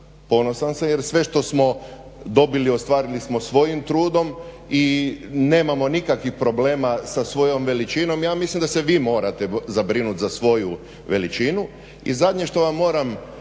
ponosan sam jer sve što smo dobili ostvarili smo svojim trudom i nemamo nikakvih problema sa svojom veličinom. Ja mislim da se vi morate zabrinuti za svoju veličinu. I zadnje što vam moram